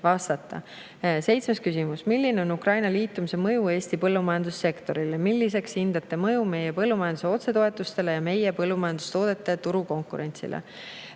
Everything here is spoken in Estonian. vastata. Seitsmes küsimus: "Milline on Ukraina liitumise mõju Eesti põllumajandussektorile? Milliseks hindate mõju meie põllumajanduse otsetoetustele ja meie põllumajandustoodete turukonkurentsile?"